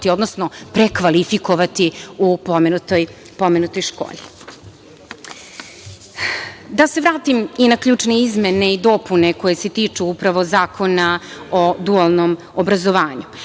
odnosno prekvalifikovati u pomenutoj školi. Da se vratim i na ključne izmene i dopune, koje se tiču upravo Zakona o dualnom obrazovanju. Ključne